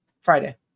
Friday